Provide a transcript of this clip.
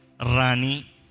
Rani